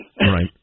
Right